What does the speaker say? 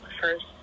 first